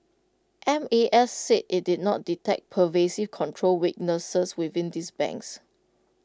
M A S said IT did not detect pervasive control weaknesses within these banks